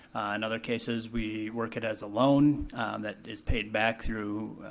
in other cases we work it as a loan that is paid back through